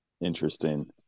Interesting